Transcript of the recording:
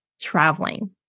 traveling